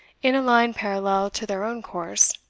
in a line parallel to their own course,